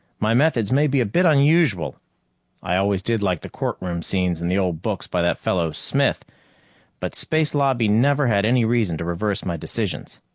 my methods may be a bit unusual i always did like the courtroom scenes in the old books by that fellow smith but space lobby never had any reason to reverse my decisions.